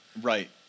Right